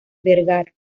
vergara